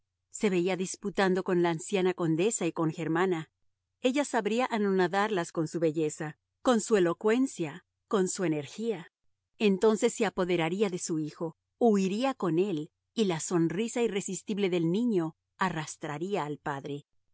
se veía disputando con la anciana condesa y con germana ella sabría anonadarlas con su belleza con su elocuencia con su energía entonces se apoderaría de su hijo huiría con él y la sonrisa irresistible del niño arrastraría al padre